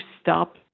stop